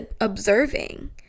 observing